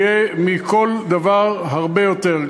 יהיה מכל דבר הרבה יותר,